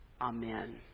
Amen